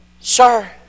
sir